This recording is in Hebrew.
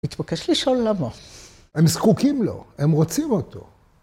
‫מתבקש לשאול למה. ‫הם זקוקים לו, הם רוצים אותו.